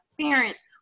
parents